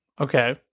Okay